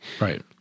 Right